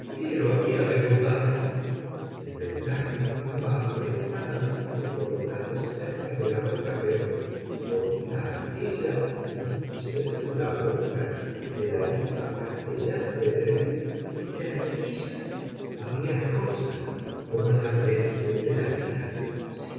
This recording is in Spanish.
qué lo había de dudar el vendaje estaba apretadamente colocado cerca de la boca pero podía aquella no ser la boca de la viva castellana de tremaine y las mejillas había rosas como en la plenitud de la vida sí